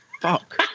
Fuck